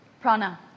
Prana